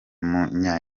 munya